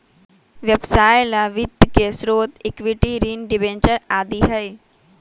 व्यवसाय ला वित्त के स्रोत इक्विटी, ऋण, डिबेंचर आदि हई